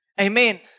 Amen